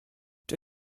czy